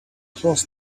cross